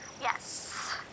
Yes